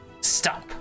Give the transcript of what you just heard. Stop